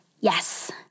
Yes